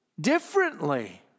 differently